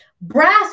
Brass